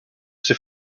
ses